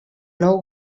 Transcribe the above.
nou